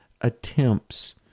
attempts